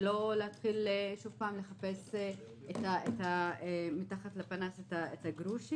ולא שוב להתחיל לחפש מתחת לפנס את הגרושים.